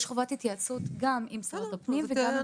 יש חובת התייעצות גם עם שרת הפנים וגם עם שר המשפטים.